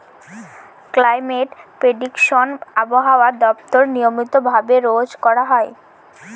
climate prediction আবহাওয়া দপ্তর নিয়মিত ভাবে রোজ করা হয়